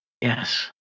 Yes